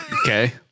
Okay